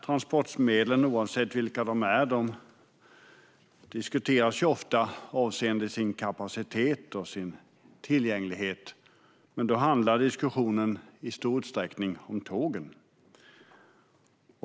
Transportmedlen, oavsett vilka de är, diskuteras ofta avseende kapacitet och tillgänglighet. Då handlar diskussionen i stor utsträckning om tågen.